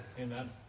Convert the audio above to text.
Amen